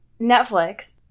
Netflix